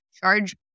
charge